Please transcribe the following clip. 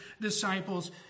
disciples